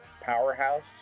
powerhouse